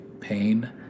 pain